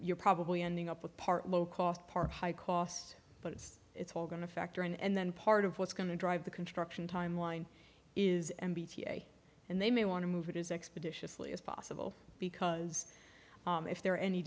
you're probably ending up with part low cost part high cost but it's it's all going to factor in and then part of what's going to drive the construction timeline is m b t and they may want to move it is expeditiously as possible because if there are any